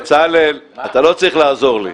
בצלאל, אתה לא צריך לעזור לי.